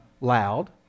loud